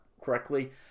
correctly